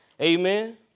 Amen